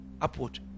upward